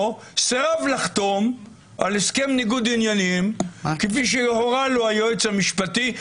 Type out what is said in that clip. סירב לחתום על הסכם ניגוד עניינים כפי שהורה לו היועץ המשפטי,